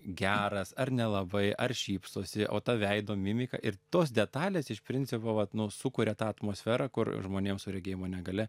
geras ar nelabai ar šypsosi o ta veido mimika ir tos detalės iš principo vat nu sukuria tą atmosferą kur žmonėm su regėjimo negalia